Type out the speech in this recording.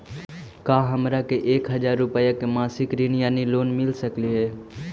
का हमरा के एक हजार रुपया के मासिक ऋण यानी लोन मिल सकली हे?